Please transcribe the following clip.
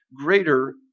greater